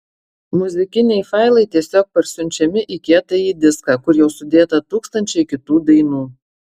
muzikiniai failai tiesiog parsiunčiami į kietąjį diską kur jau sudėta tūkstančiai kitų dainų